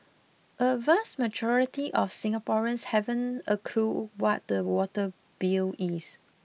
a vast majority of Singaporeans haven't a clue what their water bill is